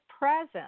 present